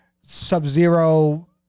Sub-Zero